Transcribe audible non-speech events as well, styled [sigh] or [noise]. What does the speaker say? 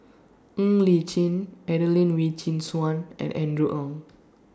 [noise] Ng Li Chin Adelene Wee Chin Suan and Andrew Ang [noise]